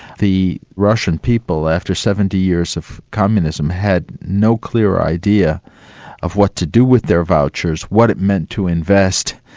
the russian people, after seventy years of communism, had no clear idea of what to do with their vouchers, what it meant to invest,